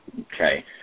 Okay